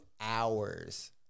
hours